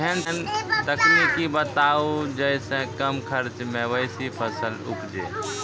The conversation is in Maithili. ऐहन तकनीक बताऊ जै सऽ कम खर्च मे बेसी फसल उपजे?